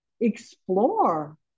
explore